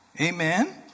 Amen